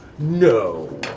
No